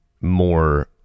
more